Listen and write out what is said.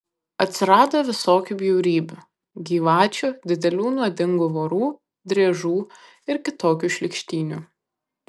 atsirado visokių bjaurybių gyvačių didelių nuodingų vorų driežų ir kitokių šlykštynių